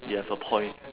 you have a point